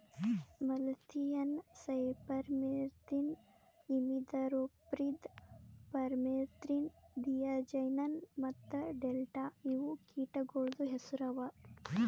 malathion, cypermethrin, imidacloprid, permethrin, diazinon ಮತ್ತ delta ಇವು ಕೀಟಗೊಳ್ದು ಹೆಸುರ್ ಅವಾ